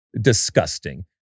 disgusting